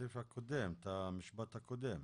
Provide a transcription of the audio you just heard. סעיף קטן (א)